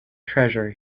treasure